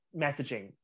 messaging